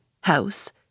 House